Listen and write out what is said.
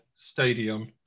Stadium